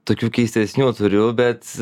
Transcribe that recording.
tokių keistesnių turiu bet